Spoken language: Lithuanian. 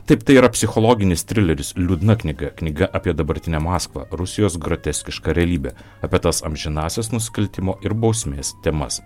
taip tai yra psichologinis trileris liūdna knyga knyga apie dabartinę maskvą rusijos groteskišką realybę apie tas amžinąsias nusikaltimo ir bausmės temas